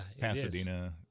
Pasadena